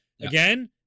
Again